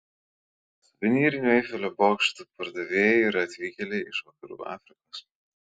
suvenyrinių eifelio bokštų pardavėjai yra atvykėliai iš vakarų afrikos